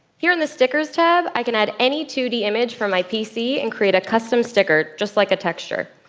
here in the stickers tab i can add any two d image from my pc and create a custom sticker just like a texture.